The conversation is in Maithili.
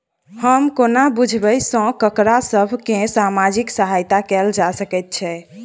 हम कोना बुझबै सँ ककरा सभ केँ सामाजिक सहायता कैल जा सकैत छै?